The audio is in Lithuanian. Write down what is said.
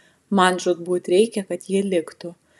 man žūtbūt reikia kad ji liktų